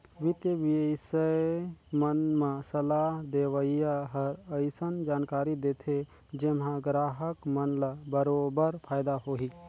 बित्तीय बिसय मन म सलाह देवइया हर अइसन जानकारी देथे जेम्हा गराहक मन ल बरोबर फायदा होही